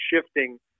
shifting